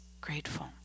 grateful